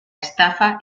estafa